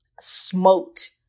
Smoked